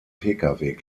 pkw